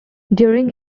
during